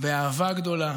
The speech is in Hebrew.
באהבה גדולה,